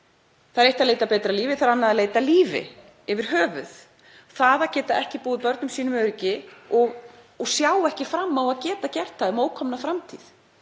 það er eitt að leita að betra lífi og það er annað að leita að lífi yfir höfuð. Það að geta ekki búið börnum sínum öryggi og sjá ekki fram á að geta gert það um ókomna framtíð